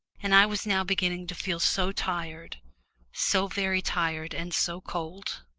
and i was now beginning to feel so tired so very tired, and so cold.